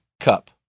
cup